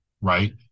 right